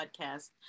podcast